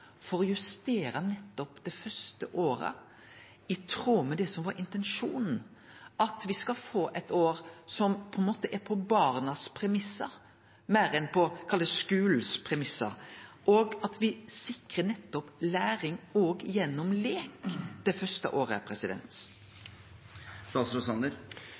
for å justere nettopp det første året i tråd med det som var intensjonen, at me skal få eit år som på ein måte er på premissane til barna meir enn på premissane til skulen, og at me sikrar nettopp læring òg gjennom leik det første året?